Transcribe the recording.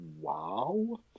wow